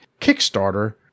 kickstarter